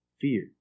fear